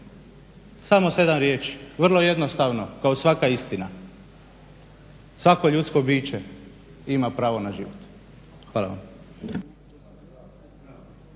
Samo 7 riječi. Vrlo jednostavno kao svaka istina. Svako ljudsko biće ima pravo na život. Hvala vam.